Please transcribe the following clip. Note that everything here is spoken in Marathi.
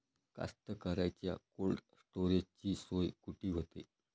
कास्तकाराइच्या कोल्ड स्टोरेजची सोय कुटी होते?